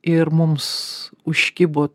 ir mums užkibo